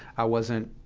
i wasn't,